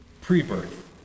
pre-birth